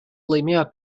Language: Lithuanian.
laimėjo